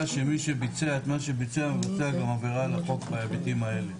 שמי שביצע את מה שביצע ביצע גם עבירה על החוק בהיבטים האלה.